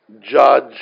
judge